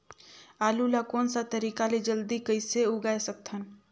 आलू ला कोन सा तरीका ले जल्दी कइसे उगाय सकथन?